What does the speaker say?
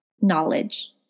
knowledge